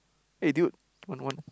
eh dude one one